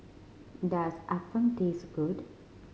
does appam taste good